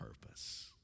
purpose